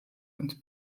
und